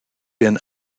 been